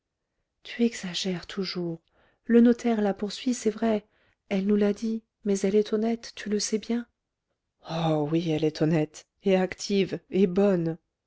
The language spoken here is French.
tu exagères toujours le notaire la poursuit c'est vrai elle nous l'a dit mais elle est honnête tu le sais bien oh oui elle est honnête et active et bonne